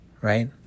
right